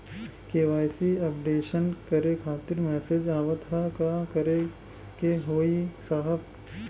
KYC updation करें खातिर message आवत ह का करे के होई साहब?